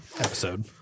episode